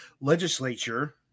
legislature